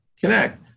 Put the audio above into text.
connect